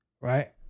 right